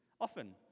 Often